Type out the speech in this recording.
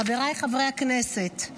חבריי חברי הכנסת,